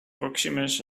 proximus